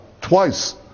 twice